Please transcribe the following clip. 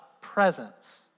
presence